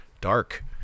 dark